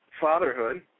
fatherhood